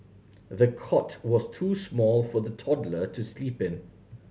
the cot was too small for the toddler to sleep in